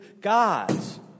God's